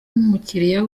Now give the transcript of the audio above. umukiliya